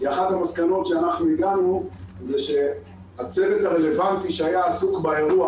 כי אחת המסקנות שהגענו אליהן היא שהצוות הרלוונטי שהיה עסוק באירוע,